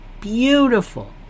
Beautiful